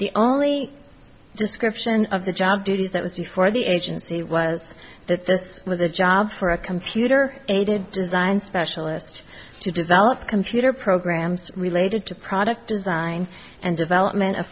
the only description of the job duties that was before the agency was that this was a job for a computer aided design specialist to develop computer programs related to product design and development of